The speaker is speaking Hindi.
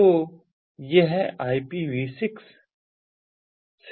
तो यह आईपीवी 6 से है